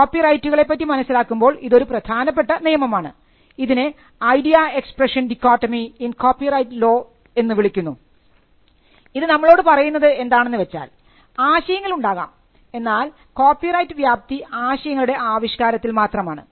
കോപ്പിറൈറ്റുകളെ പറ്റി മനസ്സിലാക്കുമ്പോൾ ഇതൊരു പ്രധാനപ്പെട്ട നിയമമാണ് ഇതിനെ idea expression dichotomy in corporate law എന്ന് വിളിക്കുന്നു ഇത് നമ്മളോട് പറയുന്നത് എന്താണെന്ന് വെച്ചാൽ ആശയങ്ങൾ ഉണ്ടാകാം എന്നാൽ കോപ്പിറൈറ്റ് വ്യാപ്തി ആശയങ്ങളുടെ ആവിഷ്കാരത്തിൽ മാത്രമാണ്